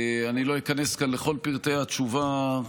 אני לא איכנס כאן לכל פרטי התשובה,